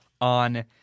on